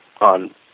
on